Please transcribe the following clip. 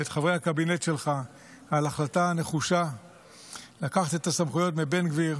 ואת חברי הקבינט שלך על ההחלטה הנחושה לקחת את הסמכויות מבן גביר,